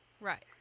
right